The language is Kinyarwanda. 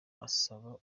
asaba